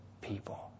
people